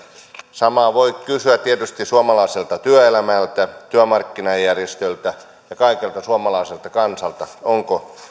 samaa voi kysyä tietysti suomalaiselta työelämältä työmarkkinajärjestöiltä ja kaikelta suomalaiselta kansalta onko